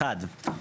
אחד,